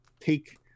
take